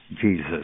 Jesus